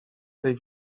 tej